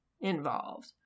involved